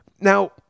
Now